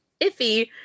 iffy